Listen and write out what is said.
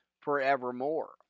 forevermore